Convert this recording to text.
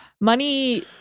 money